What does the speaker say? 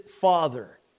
father